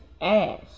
ass